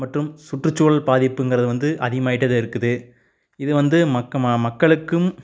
மற்றும் சுற்றுசூழல் பாதிப்புங்கிறது வந்து அதிகமாகிட்டேதான் இருக்குது இது வந்து மக் மக்களுக்கும்